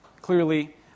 clearly